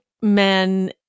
men